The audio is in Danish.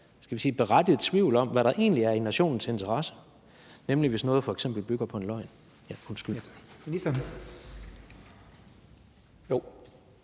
imellem være berettiget tvivl om, hvad der egentlig er i nationens interesse, nemlig hvis noget f.eks. bygger på en løgn? Kl.